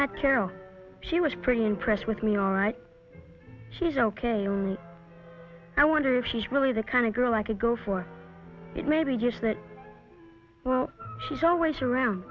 not carol she was pretty impressed with me all right she's ok and i wonder if she's really the kind of girl i could go for it maybe just that she's always around